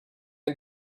and